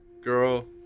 girl